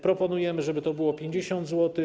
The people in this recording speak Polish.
Proponujemy, żeby to było 50 zł.